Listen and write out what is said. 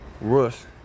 Russ